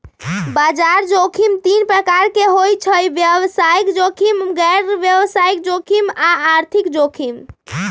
बजार जोखिम तीन प्रकार के होइ छइ व्यवसायिक जोखिम, गैर व्यवसाय जोखिम आऽ आर्थिक जोखिम